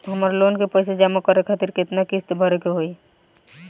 हमर लोन के पइसा जमा करे खातिर केतना किस्त भरे के होई?